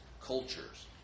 cultures